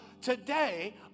today